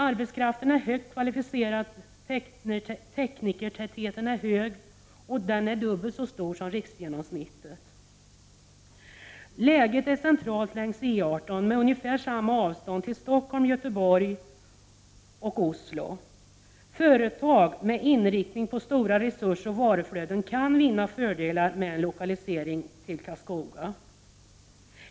Arbetskraften är högt kvalificerad, och teknikertätheten är stor — dubbelt så stor som riksgenomsnittet. Läget är centralt längs E 18, med ungefär samma avstånd till Stockholm, Göteborg och Oslo. Företag med inriktning på stora resursoch varuflöden kan vinna fördelar med en lokalisering till Karlskoga.